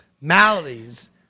maladies